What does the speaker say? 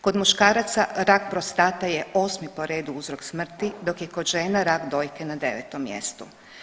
Kod muškaraca rak prostate je osmi po redu uzrok smrti, dok je kod žena rak dojke na 9 mjestu.